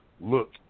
look